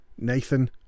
nathan